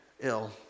ill